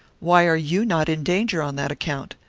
why are you not in danger on that account?